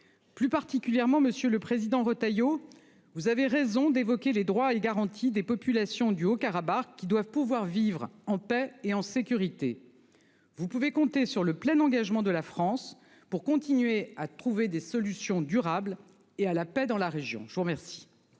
Plus particulièrement. Monsieur le Président, Retailleau. Vous avez raison d'évoquer les droits et garanties des populations du Haut-Karabakh qui doivent pouvoir vivre en paix et en sécurité. Vous pouvez compter sur le plein engagement de la France pour continuer à trouver des solutions durables et à la paix dans la région. Je vous remercie.